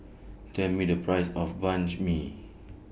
Tell Me The Price of MI